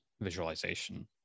visualization